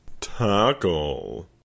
Tackle